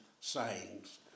sayings